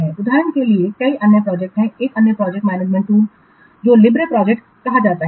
उदाहरण के लिए कई अन्य प्रोजेक्ट हैं एक अन्य प्रोजेक्ट मैनेजमेंट टूल को लिब्रे प्रोजेक्ट कहा जाता है